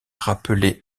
rappelé